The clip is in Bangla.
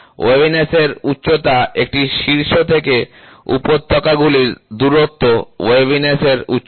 ওয়েভিনেস এর উচ্চতা একটি শীর্ষ থেকে উপত্যকাগুলির দূরত্ব ওয়েভিনেস এর উচ্চতা